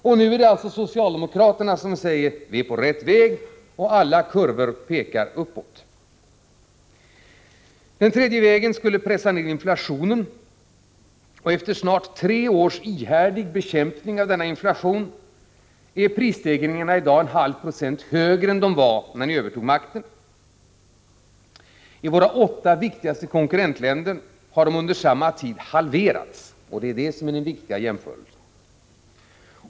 Och nu är det alltså socialdemokraterna som säger: Vi är på rätt väg, och alla kurvor pekar uppåt. Den tredje vägen skulle pressa ned inflationen. Efter snart tre års ihärdig bekämpning av denna inflation är prisstegringarna i dag en halv procent högre än de var när ni övertog makten. I våra åtta viktigaste konkurrentländer har prisstegringarna under samma tid halverats. Det är det som är den viktiga jämförelsen.